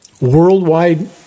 Worldwide